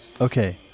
Okay